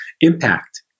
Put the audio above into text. impact